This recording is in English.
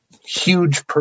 huge